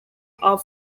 are